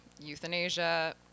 euthanasia